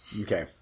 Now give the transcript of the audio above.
Okay